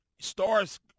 stars